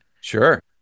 Sure